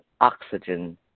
oxygen